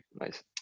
Nice